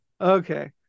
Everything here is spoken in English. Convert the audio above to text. Okay